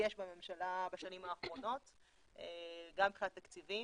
דגש בממשלה בשנים האחרונות, גם מבחינת תקציבים,